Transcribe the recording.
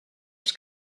els